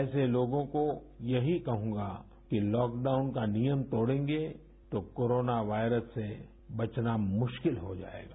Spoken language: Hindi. ऐसे लोगों को यही कहूंगा कि लॉकडाउन का नियम तोड़ेंगे तो कोरोना वायरस से बचना मुश्किल हो जायेगा